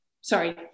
sorry